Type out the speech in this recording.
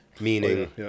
Meaning